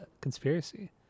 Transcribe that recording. conspiracy